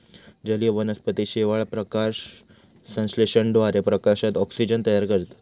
जलीय वनस्पती शेवाळ, प्रकाशसंश्लेषणाद्वारे प्रकाशात ऑक्सिजन तयार करतत